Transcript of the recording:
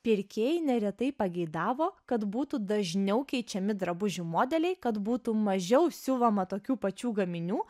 pirkėjai neretai pageidavo kad būtų dažniau keičiami drabužių modeliai kad būtų mažiau siūloma tokių pačių gaminių